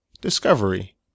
Discovery